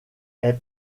est